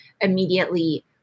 immediately